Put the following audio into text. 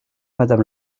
madame